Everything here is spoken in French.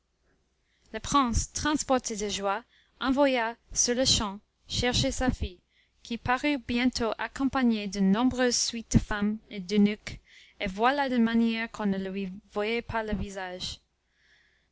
le prince transporté de joie envoya sur-le-champ chercher sa fille qui parut bientôt accompagnée d'une nombreuse suite de femmes et d'eunuques et voilée de manière qu'on ne lui voyait pas le visage